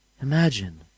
Imagine